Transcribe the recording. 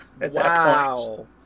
Wow